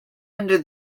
under